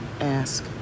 ask